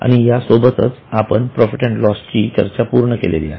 आणि या सोबतच आपण प्रॉफिट अँड लॉसची चर्चा पूर्ण केलेली आहे